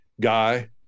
guy